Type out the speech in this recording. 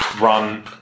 run